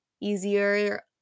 easier